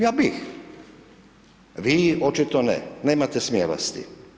Ja bih, vi očito ne, nemate smjelosti.